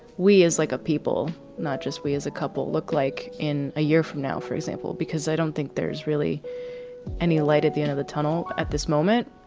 we as like a people, not just we as a couple look like in a year from now, for example, because i don't think there's really any light at the end of the tunnel at this moment.